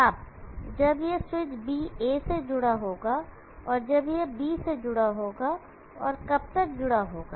अब जब यह स्विच B A से जुड़ा होगा और जब यह B से जुड़ा होगा और कब तक जुड़ा होगा